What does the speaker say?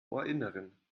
ohrinneren